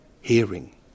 hearing